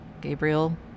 Gabriel